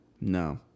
No